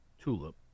tulip